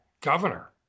governor